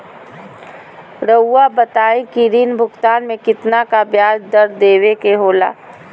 रहुआ बताइं कि ऋण भुगतान में कितना का ब्याज दर देवें के होला?